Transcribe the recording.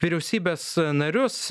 vyriausybės narius